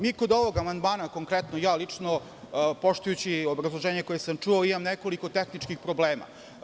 Mi kod ovog amandmana, konkretno ja lično, poštujući obrazloženje koje sam čuo, imam nekoliko tehničkih problema.